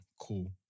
Cool